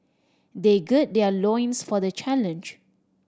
they gird their loins for the challenge